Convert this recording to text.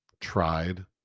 tried